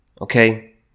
Okay